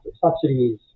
subsidies